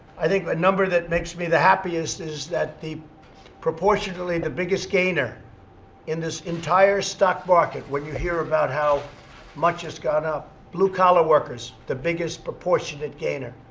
i think a number that makes me the happiest is that, proportionately, the biggest gainer in this entire stock market when you hear about how much has gone up blue-collar workers, the biggest proportionate gainer.